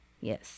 Yes